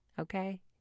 okay